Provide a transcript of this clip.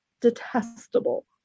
detestable